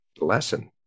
lesson